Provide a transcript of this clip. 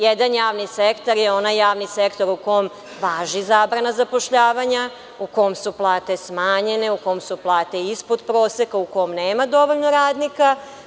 Jedan javni sektor je onaj javni sektor u kome važi zabrana zapošljavanja, u kom su plate smanjene, u kom su plate ispod proseka, u kome nema dovoljno radnika.